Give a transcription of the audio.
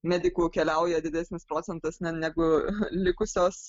medikų keliauja didesnis procentas negu likusios